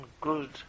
good